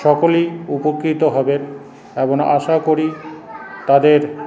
সকলেই উপকৃত হবে এবং আশা করি তাদের